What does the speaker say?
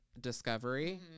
discovery